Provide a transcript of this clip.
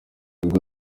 ubwo